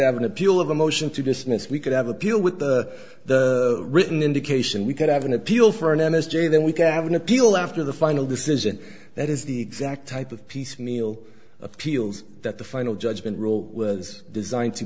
have an appeal of a motion to dismiss we could have appeal with the written indication we could have an appeal for an m s g then we could have an appeal after the final decision that is the exact type of piecemeal appeals that the final judgment rule was designed to